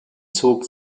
zog